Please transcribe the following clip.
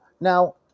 Now